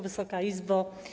Wysoka Izbo!